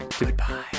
Goodbye